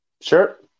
Sure